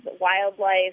wildlife